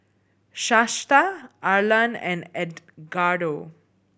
Shasta Arlan and Edgardo